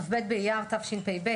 כ"ב באייר התשפ"ב,